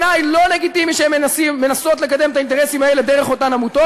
בעיני לא לגיטימי שהן מנסות לקדם את האינטרסים האלה דרך אותן עמותות.